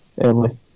early